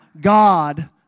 God